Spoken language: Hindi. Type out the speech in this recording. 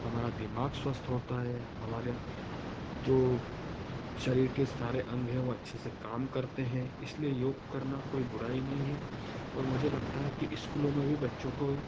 हमारा दिमाग स्वस्थ होता है हमारे जो शरीर के सारे अंग हैं वो अच्छे से काम करते हैं इसलिए योग करना कोई बुराई नहीं है और मुझे लगता है कि स्कूलो में भी बच्चों को